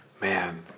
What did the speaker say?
man